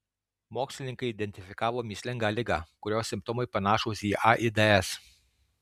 mokslininkai identifikavo mįslingą ligą kurios simptomai panašūs į aids